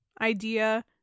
idea